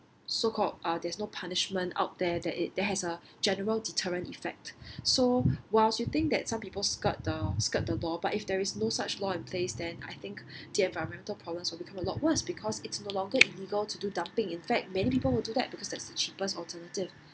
so called uh there is no punishment out there that that has a general deterrent effect so whilst you think that some people skirt the skirt the law but if there is no such law in place then I think the environmental problems will become a lot worse because it's no longer illegal to do dumping in fact many people would do that because that's the cheapest alternative